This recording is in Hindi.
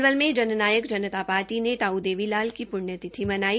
पलवल में जन नायक जनता पार्टी ने ताऊ देवी लाल की पृण्यथिति मनाई